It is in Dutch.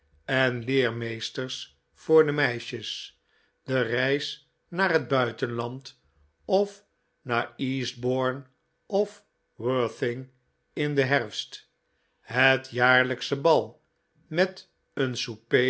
en leermeesters voor de meisjes de reis naar het buitenland of naar eastbourne of worthing in den herfst het jaarlijksche bal met een